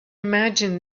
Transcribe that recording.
imagine